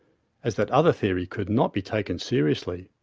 as that other theory could not be taken seriously.